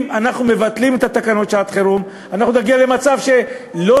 אם אנחנו מבטלים את התקנות לשעת-חירום אנחנו נגיע למצב שלא